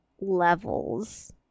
levels